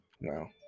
wow